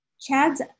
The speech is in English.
Chad's